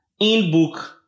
Inbook